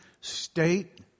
state